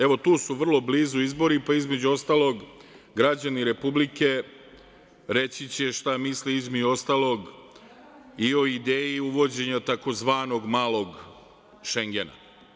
Evo, tu su vrlo blizu izbori, pa između ostalog građani Republike reći će šta misle, između ostalog i o ideji uvođenja tzv. „Malog Šengena“